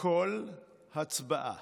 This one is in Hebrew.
כל הצבעה